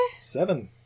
Seven